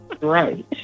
Right